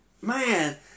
Man